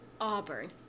Auburn